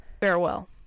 farewell